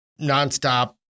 nonstop